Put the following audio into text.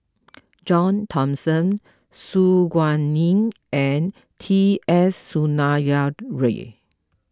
John Thomson Su Guaning and T S Sinnathuray